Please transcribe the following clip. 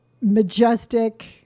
majestic